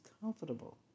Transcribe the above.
comfortable